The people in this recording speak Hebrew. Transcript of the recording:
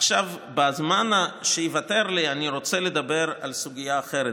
עכשיו בזמן שייוותר לי אני רוצה לדבר על סוגיה אחרת,